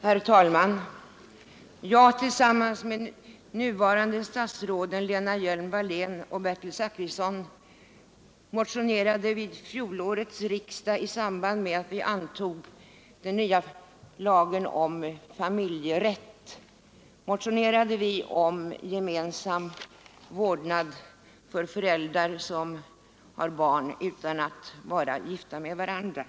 Herr talman! I samband med den nya lagen om familjerätt motionerade jag tillsammans med nuvarande statsråden Lena Hjelm-Wallén och Bertil Zachrisson vid fjolårets riksdag om rätt till gemensam vårdnad av barn för föräldrar som inte är gifta med varandra.